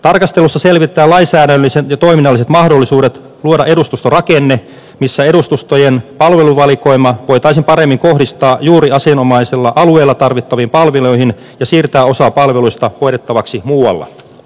tarkastelussa selvitetään lainsäädännölliset ja toiminnalliset mahdollisuudet luoda edustustorakenne missä edustustojen palveluvalikoima voitaisiin paremmin kohdistaa juuri asianomaisella alueella tarvittaviin palveluihin ja siirtää osa palveluista hoidettavaksi muualla